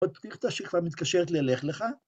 עוד פתיחתא שכה מתקשרת ללך לך.